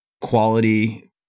quality